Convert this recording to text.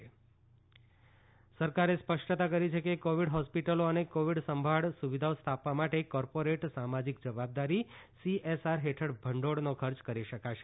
CSR funds સરકારે સ્પષ્ટતા કરી છે કે કોવીડ હોસ્પિટલો અને કોવીડ સંભાળ સુવિધાઓ સ્થાપવા માટે કોર્પોરેટ સામાજિક જવાબદારી સીએસઆર હેઠળ ભંડોળનો ખર્ચ કરી શકાશે